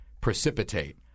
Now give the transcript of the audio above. precipitate